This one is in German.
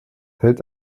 hält